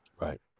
right